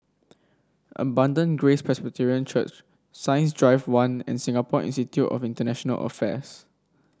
Abundant Grace Presbyterian Church Science Drive One and Singapore Institute of International Affairs